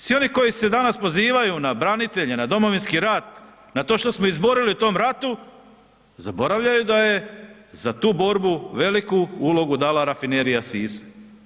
Svi oni koji se danas pozivaju na branitelje, na Domovinski rat, na to što smo izborili u tom ratu, zaboravljaju da je za tu borbu veliku ulogu dala Rafinerija Sisak.